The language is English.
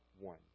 one